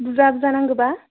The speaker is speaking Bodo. बुरजा बुरजा नांगौबा